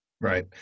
Right